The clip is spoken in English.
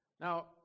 Now